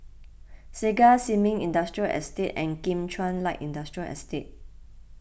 Segar Sin Ming Industrial Estate and Kim Chuan Light Industrial Estate